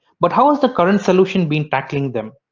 but how is the current solution been tackling them?